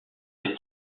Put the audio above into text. des